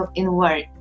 inward